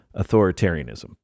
authoritarianism